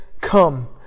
come